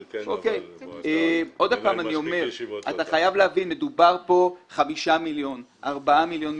אתה חייב להבין שמדובר פה ב-5 מיליון מטרים.